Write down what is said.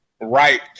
right